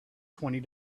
twenty